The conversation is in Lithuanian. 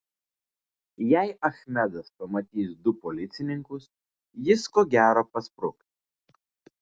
jei achmedas pamatys du policininkus jis ko gero paspruks